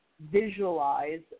visualize